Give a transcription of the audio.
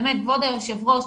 כבוד היושב-ראש,